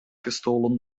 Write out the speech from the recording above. gestolen